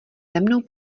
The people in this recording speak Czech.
temnou